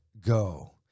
go